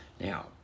Now